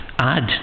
add